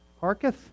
Harketh